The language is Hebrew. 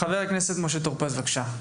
חבר הכנסת משה טור פז, בבקשה.